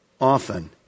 often